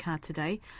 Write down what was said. today